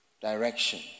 direction